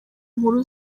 nkuru